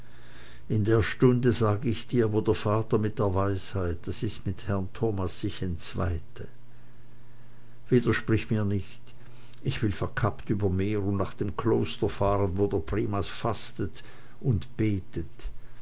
in der stunde sag ich dir wo der vater mit der weisheit das ist mit herrn thomas sich entzweite widersprich mir nicht ich will verkappt über meer und nach dem kloster fahren wo der primas fastet und betet